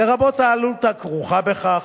לרבות העלות הכרוכה בכך,